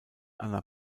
anna